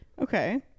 Okay